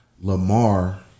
Lamar